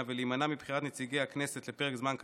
ולהימנע מבחירת נציגי הכנסת לפרק זמן קצר,